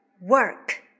Work